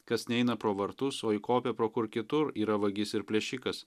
kas neina pro vartus o įkopia pro kur kitur yra vagis ir plėšikas